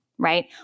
right